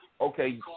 okay